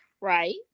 Right